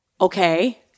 Okay